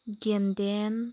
ꯌꯦꯟꯗꯦꯝ